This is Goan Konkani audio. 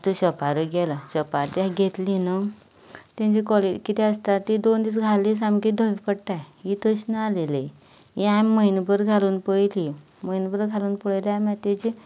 शोपार गेलें शोपार तें घेतलीं न्हू तेंची क्वॉलिटी कितें आसता तीं दोन दीस घाली ती सामकी धवी पडटाय ही तशी नाहलेली हे आमी म्हयनोभर घालून पयली म्हयनो भर घालून पयल्या मागीर तेजी